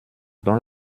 dont